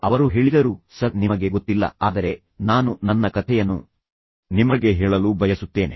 ಅವರು ಹೇಳಿದರು ಸರ್ ನಿಮಗೆ ಗೊತ್ತಿಲ್ಲ ಆದರೆ ನಾನು ನನ್ನ ಕಥೆಯನ್ನು ನಿಮಗೆ ಹೇಳಲು ಬಯಸುತ್ತೇನೆ